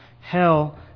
hell